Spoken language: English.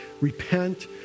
Repent